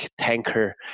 tanker